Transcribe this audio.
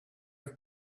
have